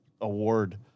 award